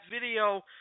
video